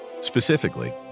Specifically